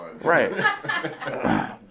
Right